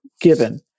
given